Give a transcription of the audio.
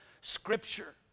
scripture